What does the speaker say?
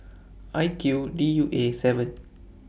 I Q D U Aseven